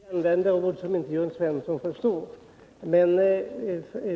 Herr talman! Jag beklagar att jag använder ord som Jörn Svensson inte förstår.